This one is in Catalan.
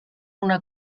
una